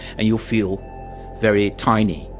and you feel very tiny.